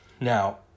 Now